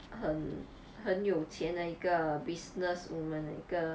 很很有钱的一个 businesswoman 一个